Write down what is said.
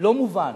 לא מובן.